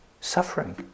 suffering